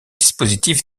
dispositif